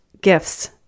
gifts